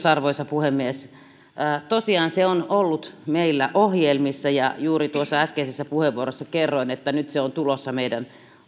arvoisa puhemies tosiaan se on ollut meillä ohjelmissa ja juuri tuossa äskeisessä puheenvuorossa kerroin että nyt se on tulossa meidän